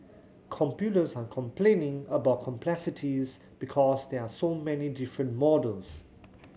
commuters are complaining about complexities because there are so many different models